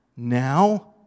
Now